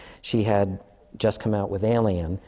she had just come out with alien.